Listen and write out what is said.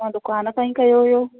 मां दुकानु तव्हां ई कयो हुओ